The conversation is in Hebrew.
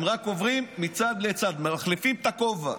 הם רק עוברים מצד לצד, מחליפים את הכובע.